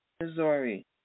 Missouri